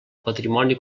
patrimoni